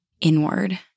inward